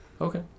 Okay